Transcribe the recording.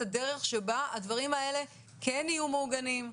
הדרך בה הדברים האלה כן יהיו מעוגנים,